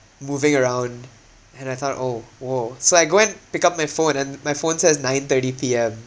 moving around and I thought oh !whoa! so I go and pick up my phone and my phone says nine-thirty P_M